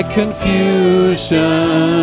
confusion